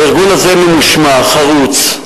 הארגון הזה ממושמע, חרוץ,